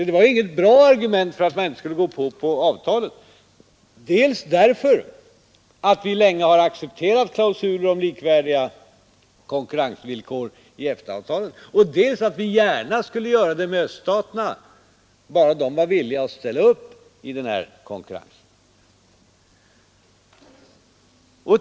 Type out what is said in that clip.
Det var därför från herr Hermanssons sida ett dåligt argument för att inte godta avtalet, dels därför att vi länge accepterat klausuler om likvärdiga konkurrensvillkor i EFTA-avtalet, dels därför att vi gärna skulle göra det med öststaterna om bara dessa vore villiga att ställa upp i konkurrensen.